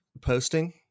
posting